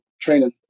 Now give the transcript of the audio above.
training